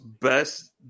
Best